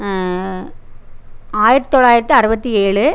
ஆயிரத்து தொளாயிரத்து அறுவத்தி ஏழு